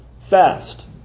fast